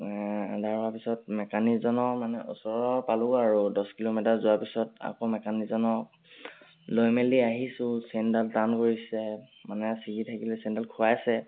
আন্ধাৰ হোৱাৰ পিছত মেকানিকজনৰ মানে ওচৰৰ পালোঁ আৰু দহ কিলোমিটাৰ যোৱাৰ পিছত আকৌ মেকানিকজনক লৈ মেলি আহিছোঁ চেইনডাল টান কৰিছে মানে চিগি থাকিলে চেইনডাল খোৱাইছে